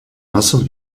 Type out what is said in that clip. nasıl